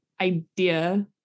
idea